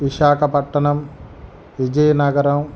Visakhapatnam Vizianagaram